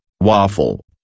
Waffle